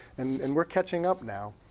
and and we're catching up now.